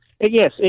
Yes